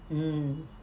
mm